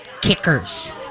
Kickers